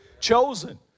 Chosen